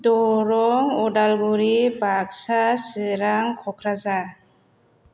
Darrang Udalguri Baksa Chirang Kokrajhar